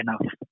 enough